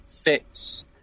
fits